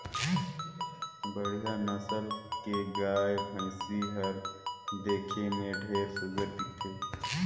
बड़िहा नसल के गाय, भइसी हर देखे में ढेरे सुग्घर दिखथे